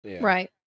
Right